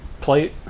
plate